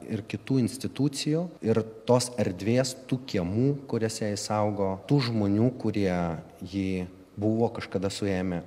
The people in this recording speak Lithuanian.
ir kitų institucijų ir tos erdvės tų kiemų kuriuose is saugo tų žmonių kurie jį buvo kažkada suėmę